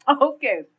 okay